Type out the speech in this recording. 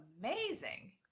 amazing